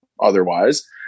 otherwise